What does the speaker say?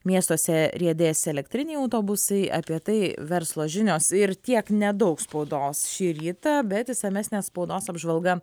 miestuose riedės elektriniai autobusai apie tai verslo žinios ir tiek nedaug spaudos šį rytą bet išsamesnė spaudos apžvalga